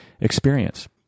experience